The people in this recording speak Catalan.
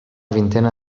vintena